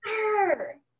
Sir